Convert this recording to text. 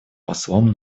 послом